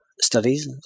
studies